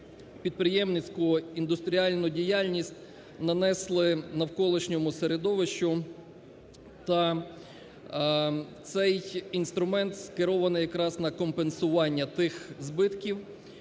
підприємницьку індустріальну діяльність нанесли навколишньому середовищу, та цей інструмент скерований якраз на компенсування тих збитків,